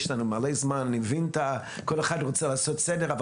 אני מבין שכל אחד רוצה לעשות סדר,